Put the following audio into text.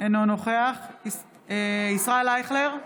אינו נוכח ישראל אייכלר,